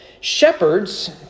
Shepherds